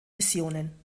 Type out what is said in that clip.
missionen